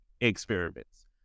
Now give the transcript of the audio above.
experiments